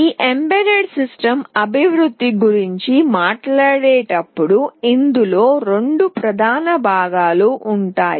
ఈ embedded system అభివృద్ధి గురించి మాట్లాడేటప్పుడు ఇందులో రెండు ప్రధాన భాగాలు ఉంటాయి